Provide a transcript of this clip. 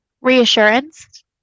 Reassurance